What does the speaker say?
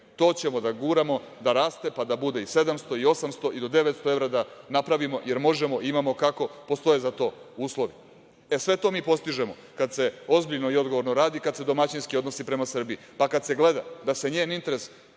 To ćemo da guramo, da raste, pa da bude i 700 i 800 i do 900 evra da napravimo, jer možemo, imamo kako, postoje za to uslovi. Sve to mi postižemo kad se ozbiljno i odgovorno radi, kad se domaćinski odnosi prema Srbiji, pa kad se gleda da se njen interes